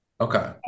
Okay